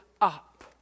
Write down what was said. up